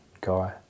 guy